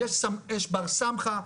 אם יש בר סמכא,